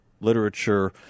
literature